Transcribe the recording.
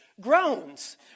groans